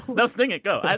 no, sing it. go.